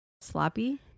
sloppy